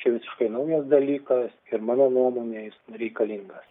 čia visiškai naujas dalykas ir mano nuomone jis reikalingas